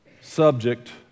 subject